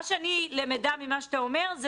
מה שאני למדה ממה שאתה אומר,